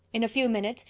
in a few minutes,